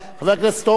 חבר הכנסת הורוביץ,